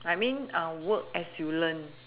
I mean work as you learn